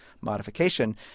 modification